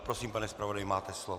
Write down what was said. Prosím, pane zpravodaji, máte slovo.